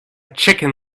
chicken